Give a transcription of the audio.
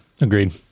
Agreed